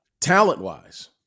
Talent-wise